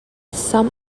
some